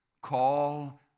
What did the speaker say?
Call